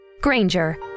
Granger